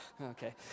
Okay